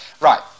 Right